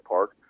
Park